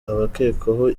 abakekwaho